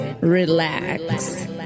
relax